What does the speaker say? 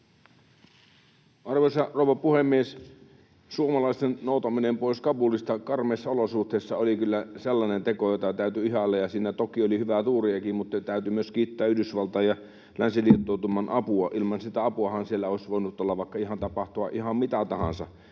Arvoisa rouva puhemies! Suomalaisten noutaminen pois Kabulista karmeissa olosuhteissa oli kyllä sellainen teko, jota täytyy ihailla, ja siinä toki oli hyvää tuuriakin. Mutta täytyy myös kiittää Yhdysvaltain ja länsiliittoutuman apua. Ilman sitä apuahan siellä olisi voinut tapahtua ihan mitä tahansa.